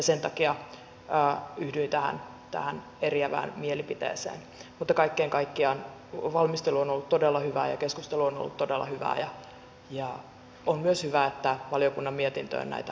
sen takia yhdyin tähän eriävään mielipiteeseen mutta kaiken kaikkiaan valmistelu on ollut todella hyvää ja keskustelu on ollut todella hyvää ja on myös hyvä että valiokunnan mietintöön näitä huolia myös nostettiin